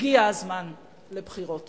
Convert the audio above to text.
הגיע הזמן לבחירות.